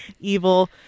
evil